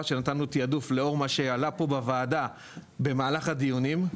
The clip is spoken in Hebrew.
שנתנו תיעדוף לאור מה שעלה פה בוועדה במהלך הדיונים,